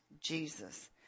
Jesus